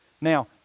now